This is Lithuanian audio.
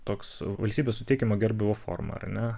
toks valstybės suteikiama gerbūvio forma ar ne